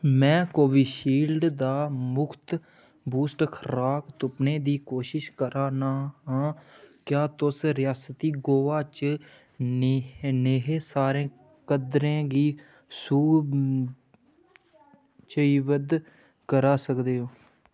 में Covishield दा मुख्त बूस्ट खराक तुप्पने दी कोशिश करा ना आं क्या तुस रियासती गोआ च नेहे नेहे सारे केंदरें गी सूची बद्ध करा सकदे ओ